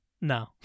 No